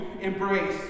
embrace